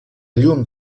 llum